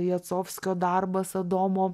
jacovskio darbas adomo